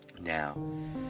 Now